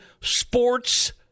sports